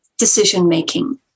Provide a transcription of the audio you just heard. decision-making